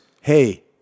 hey